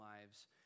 lives